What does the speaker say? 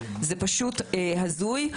זה פשוט הזוי.